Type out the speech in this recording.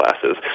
classes